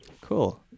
Cool